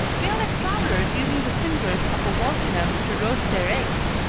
we are like travellers using the cinders of a volcano to roast their eggs.